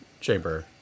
chamber